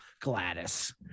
gladys